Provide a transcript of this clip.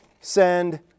send